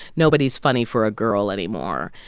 nobody's funny for a girl anymore.